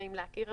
נעים להכיר,